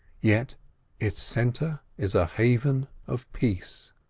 yet its centre is a haven of peace.